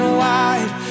wide